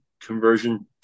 conversion